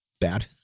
bad